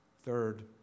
Third